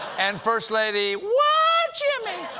and first lady whaaa jimmy.